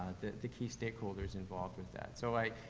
the, the key stakeholders involved with that. so i,